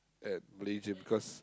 at Malaysia because